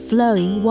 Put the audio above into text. Flowing